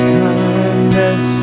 kindness